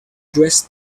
dressed